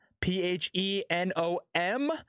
p-h-e-n-o-m